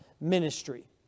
ministry